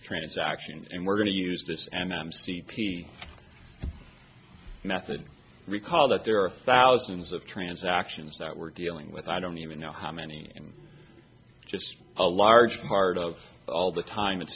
transaction and we're going to use this and i'm see method recall that there are thousands of transactions that we're dealing with i don't even know how many just a large part of all the time it's